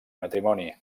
matrimoni